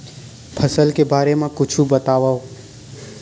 फसल के बारे मा कुछु बतावव